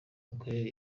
imikorere